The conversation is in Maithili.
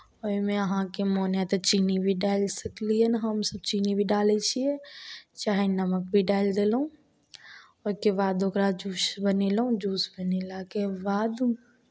ओहिमे अहाँके मोन हइ तऽ चीनी भी डालि सकलियनि हमसभ चीनी भी डालै छियै चाहे नमक भी डालि देलहुँ ओहिके बाद ओकरा जूस बनेलहुँ जूस बनेलाके बाद